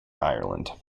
ireland